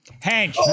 Hank